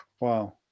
wow